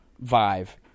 Vive